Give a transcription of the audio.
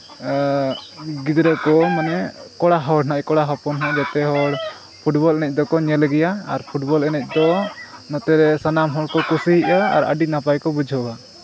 ᱜᱤᱫᱽᱨᱟᱹ ᱠᱚ ᱢᱟᱱᱮ ᱠᱚᱲᱟ ᱦᱚᱲ ᱦᱟᱸᱜ ᱠᱚᱲᱟ ᱦᱚᱯᱚᱱ ᱦᱟᱸᱜ ᱡᱚᱛᱚ ᱦᱚᱲ ᱯᱷᱩᱴᱵᱚᱞ ᱮᱱᱮᱡᱽ ᱫᱚᱠᱚ ᱧᱮᱞ ᱜᱮᱭᱟ ᱟᱨ ᱯᱷᱩᱴᱵᱚᱞ ᱮᱱᱮᱡᱽ ᱫᱚ ᱱᱚᱛᱮ ᱫᱚ ᱥᱟᱱᱟᱢ ᱦᱚᱲ ᱠᱚ ᱠᱩᱥᱤᱭᱟᱜᱼᱟ ᱟᱨ ᱟᱹᱰᱤ ᱱᱟᱯᱟᱭ ᱠᱚ ᱵᱩᱡᱷᱟᱹᱣᱟ